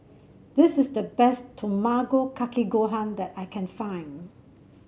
this is the best Tamago Kake Gohan that I can find